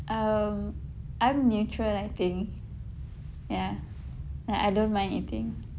um I'm neutral I think ya like I don't mind eating